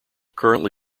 currently